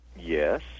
Yes